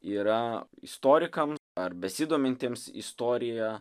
yra istorikam ar besidomintiems istorija